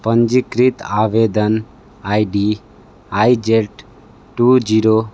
पंजीकृत आवेदन I D I Z two zero